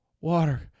water